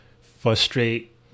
frustrate